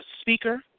speaker